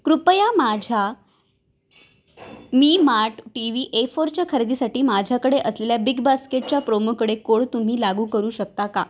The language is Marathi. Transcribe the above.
कृपया माझ्या Mi mart TV A फोरच्या खरेदीसाठी माझ्याकडे असलेल्या बिग बास्केटच्या प्रोमोकडे कोड तुम्ही लागू करू शकता का